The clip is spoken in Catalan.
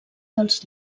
dels